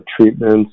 treatments